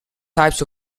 types